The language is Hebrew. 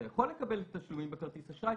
אתה יכול לקבל תשלומים בכרטיס אשראי,